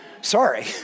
Sorry